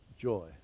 joy